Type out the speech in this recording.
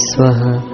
Swaha